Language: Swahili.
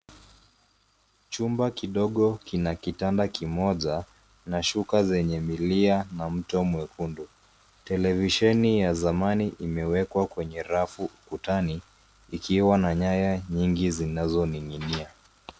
Chumba kidogo kina kitanda kimoja na shuka zenye milia na mto mwekundu. Televisheni ya zamani imewekwa kwenye rafu ukutani ikiwa na nyaya nyingi zinazoning'inia.